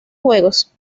juegos